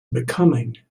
becoming